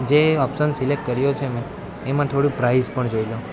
જે option select કર્યો છે મેં એમાં થોડું પ્રાઇઝ પણ જોઈ લઉં